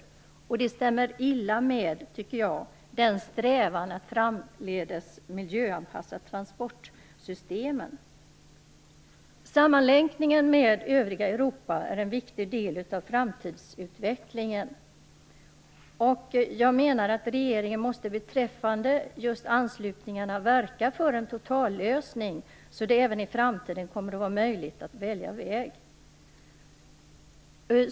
Detta tycker jag stämmer illa överens med strävan att framdeles miljöanpassa transportsystemen. Sammanlänkningen med övriga Europa är en viktig del av framtidsutvecklingen, och jag menar att regeringen beträffande anslutningarna måste verka för en totallösning, så att det även i framtiden kommer att vara möjligt att välja väg.